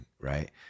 Right